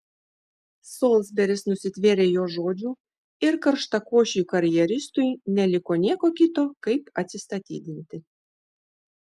solsberis nusitvėrė jo žodžių ir karštakošiui karjeristui neliko nieko kito kaip atsistatydinti